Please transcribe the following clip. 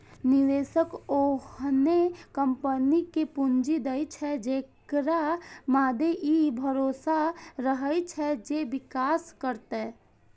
निवेशक ओहने कंपनी कें पूंजी दै छै, जेकरा मादे ई भरोसा रहै छै जे विकास करतै